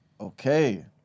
Okay